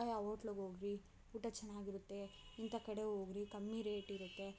A ಆ ಹೋಟ್ಲುಗೆ ಹೋಗ್ರಿ ಊಟ ಚೆನ್ನಾಗಿರುತ್ತೆ ಇಂಥ ಕಡೆ ಹೋಗ್ರಿ ಕಮ್ಮಿ ರೇಟ್ ಇರುತ್ತೆ